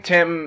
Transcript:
Tim